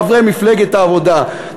חברי מפלגת העבודה,